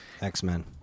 X-Men